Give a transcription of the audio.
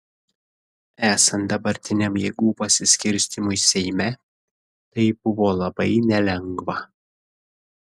esant dabartiniam jėgų pasiskirstymui seime tai buvo labai nelengva